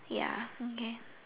ya okay